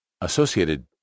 associated